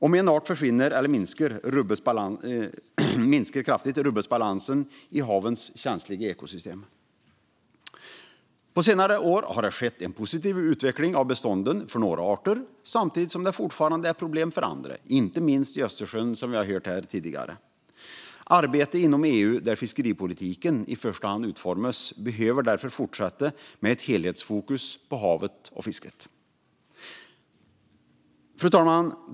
Om en art försvinner eller minskar kraftigt rubbas balansen i havens känsliga ekosystem. På senare år har det skett en positiv utveckling av bestånden för några arter samtidigt som det fortfarande är problem för andra, inte minst i Östersjön som vi har hört här tidigare. Arbetet inom EU, där fiskeripolitiken i första hand utformas, behöver därför fortsätta med ett helhetsfokus på havet och fisket. Fru talman!